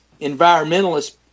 environmentalists